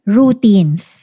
routines